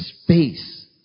space